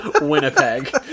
Winnipeg